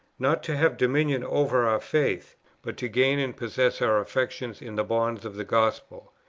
not to have dominion over our faith but to gain and possess our affections in the bonds of the gospel.